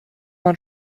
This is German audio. man